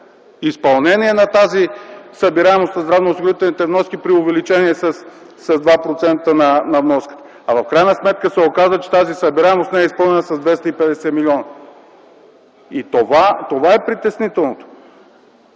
изпълнение на тази събираемост на здравноосигурителните вноски при увеличение с 2% на вноската, а в крайна сметка се оказа, че тази събираемост не е изпълнена с 250 милиона. Това е притеснителното.